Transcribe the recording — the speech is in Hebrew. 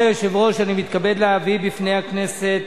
אדוני היושב-ראש, אני מתכבד להביא בפני הכנסת